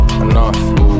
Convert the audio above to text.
enough